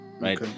right